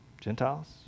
Gentiles